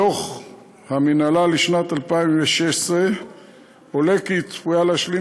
מדוח המינהלה לשנת 2016 עולה כי היא צפויה להשלים